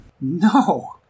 No